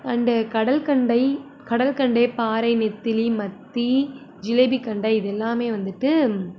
and கடல்கண்டை கடல்கண்டை பாறை நெத்திலி மத்தி ஜிலேபிகண்டை இதெல்லாமே வந்துவிட்டு